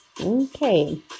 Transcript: Okay